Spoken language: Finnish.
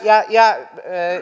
ja ja